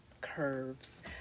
curves